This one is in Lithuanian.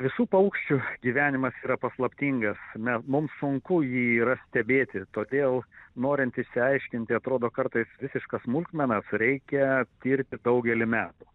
visų paukščių gyvenimas yra paslaptingas me mums sunku jį yra stebėti todėl norint išsiaiškinti atrodo kartais visišką smulkmeną reikia tirti daugelį metų